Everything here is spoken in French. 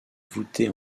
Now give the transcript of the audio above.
voûtés